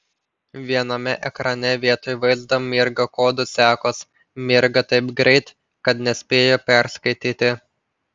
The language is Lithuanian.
viename ekrane vietoj vaizdo mirga kodų sekos mirga taip greit kad nespėju perskaityti